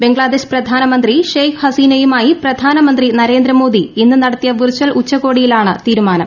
ബംഗ്ലാദേശ് പ്രധാനമന്ത്രി ഷേഖ് ഹസീനയുമായി പ്രധാനമന്ത്രിഅന്രേന്ദ്ര മോദി ഇന്ന് നടത്തിയ വിർച്ചൽ ഉച്ചകോടിയിലാണ് തീരുമാനം